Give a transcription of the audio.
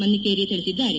ಮನ್ನಿಕೇರಿ ತಿಳಿಸಿದ್ದಾರೆ